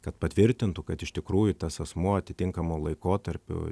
kad patvirtintų kad iš tikrųjų tas asmuo atitinkamu laikotarpiu